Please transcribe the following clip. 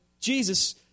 Jesus